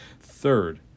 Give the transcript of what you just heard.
Third